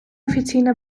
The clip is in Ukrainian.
офіційне